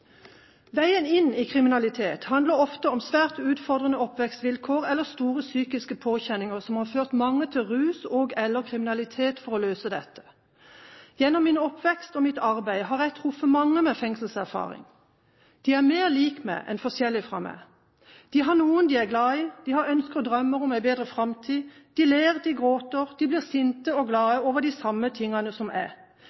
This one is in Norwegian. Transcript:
Veien inn i kriminalitet handler ofte om svært utfordrende oppvekstvilkår eller store psykiske påkjenninger, som har ført mange til rus og/eller kriminalitet for å løse dette. Gjennom min oppvekst og mitt arbeid har jeg truffet mange med fengselserfaring. De er mer lik meg enn forskjellig fra meg. De har noen de er glad i, de har ønsker og drømmer om en bedre framtid, de ler, de gråter, de blir sinte og